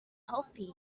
healthy